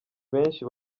benshi